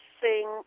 sing